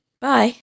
bye